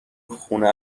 خونه